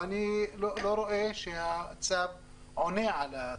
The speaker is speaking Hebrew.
אבל אני לא רואה שהצו עונה על הצרכים.